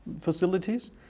facilities